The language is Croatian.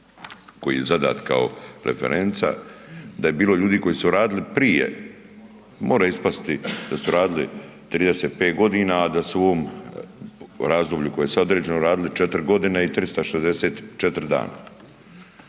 koji je zadat kao referenca, da je bilo ljudi koji su radili prije, mora ispasti da su radili 35 g., a da su u ovom razdoblju koje se određeno radili 4 godine i 364 dana